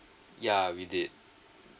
ya we did